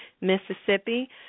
Mississippi